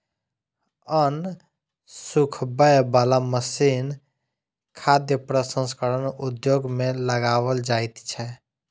अन्न सुखबय बला मशीन खाद्य प्रसंस्करण उद्योग मे लगाओल जाइत छै